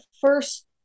first